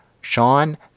sean